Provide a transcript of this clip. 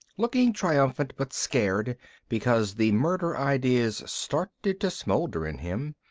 looking triumphant but scared because the murder-idea's started to smoulder in him,